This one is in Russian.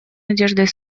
надеждой